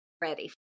ready